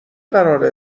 قراره